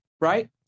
right